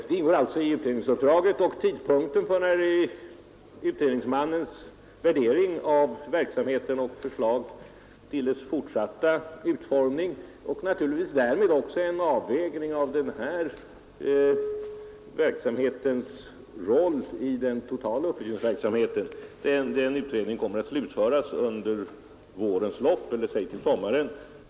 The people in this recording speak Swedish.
Det ingår alltså i utredningsuppdraget. Utredningsmannens värdering av verksamheten och hans förslag till dess fortsatta utformning och naturligtvis därmed också en avvägning av just denna verksamhets roll i den totala upplysningsverksamheten kommer att slutföras under vårens lopp eller under sommaren.